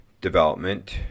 development